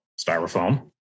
Styrofoam